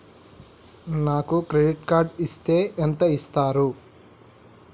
నాకు credit card ఇస్తే ఎంత ఇస్తరు?